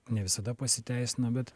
ne visada pasiteisina bet